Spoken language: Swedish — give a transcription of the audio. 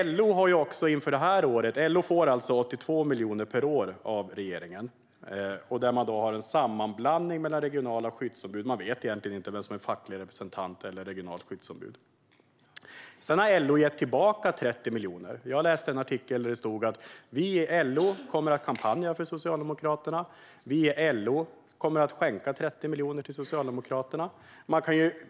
LO får 82 miljoner per år av regeringen. Det är en sammanblandning, och man vet egentligen inte vem som är facklig representant eller regionalt skyddsombud. LO har gett tillbaka 30 miljoner. Jag läste en artikel där det stod: Vi i LO kommer att kampanja för Socialdemokraterna och kommer att skänka 30 miljoner till Socialdemokraterna.